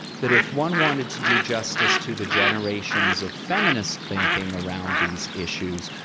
that if one wanted to do justice to the generations of feminist thinking around these issues,